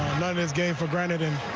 it is game for granted. and